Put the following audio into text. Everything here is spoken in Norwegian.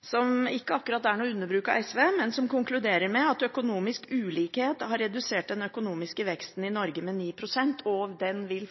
som ikke akkurat er noe underbruk av SV – konkluderer med at «økonomisk ulikhet har redusert den økonomiske veksten i Norge med ni prosent». Det vil